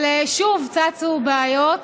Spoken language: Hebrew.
אבל שוב צצו בעיות.